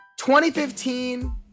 2015